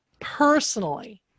Personally